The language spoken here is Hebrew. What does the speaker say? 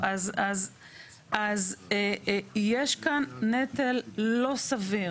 אז יש כאן נטל לא סביר,